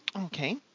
Okay